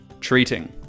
treating